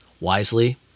wisely